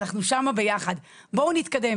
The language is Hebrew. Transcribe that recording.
אנחנו שם ביחד, בואו נתקדם